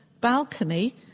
balcony